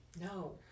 No